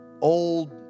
old